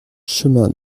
chemin